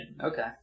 Okay